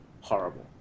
horrible